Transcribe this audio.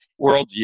worldview